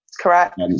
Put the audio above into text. correct